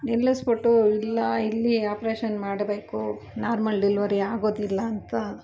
ನಿಲ್ಲಿಸಿಬಿಟ್ಟು ಇಲ್ಲ ಇಲ್ಲಿ ಆಪ್ರೇಷನ್ ಮಾಡಬೇಕು ನಾರ್ಮಲ್ ಡೆಲ್ವರಿ ಆಗೋದಿಲ್ಲ ಅಂತ